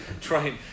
trying